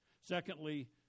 Secondly